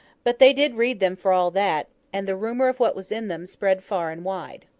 but they did read them for all that and the rumour of what was in them spread far and wide.